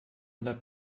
bleibt